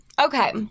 Okay